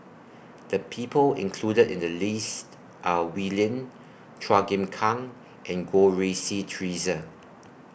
The People included in The list Are Wee Lin Chua Chim Kang and Goh Rui Si Theresa